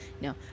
no